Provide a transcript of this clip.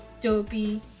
Dopey